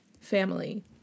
family